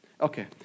Okay